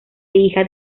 hija